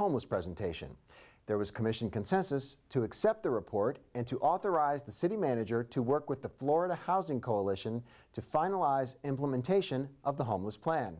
homeless presentation there was commission consensus to accept the report and to authorize the city manager to work with the florida housing coalition to finalize implementation of the homeless plan